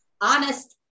honest